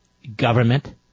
government